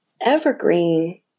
Evergreen